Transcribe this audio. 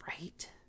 Right